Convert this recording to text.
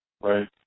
Right